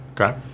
Okay